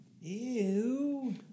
Ew